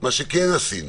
מה שכן עשינו,